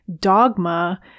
dogma